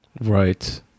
Right